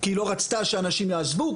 כי היא לא רצתה שהאנשים יעזבו.